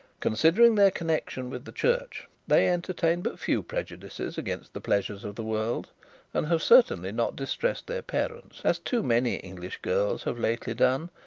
considering their connection with the church, they entertain but few prejudices against the pleasures of the world and have certainly not distressed their parents, as too many english girls have lately done,